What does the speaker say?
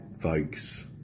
folks